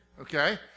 Okay